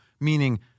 Meaning